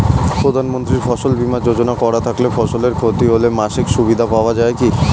প্রধানমন্ত্রী ফসল বীমা যোজনা করা থাকলে ফসলের ক্ষতি হলে মাসিক সুবিধা পাওয়া য়ায় কি?